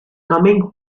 coming